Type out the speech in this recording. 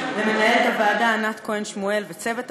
למנהלת הוועדה ענת כהן שמואל ולצוות הוועדה,